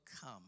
come